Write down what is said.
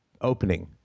opening